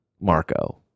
Marco